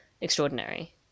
extraordinary